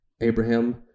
Abraham